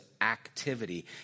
activity